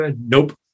Nope